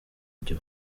byo